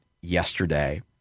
yesterday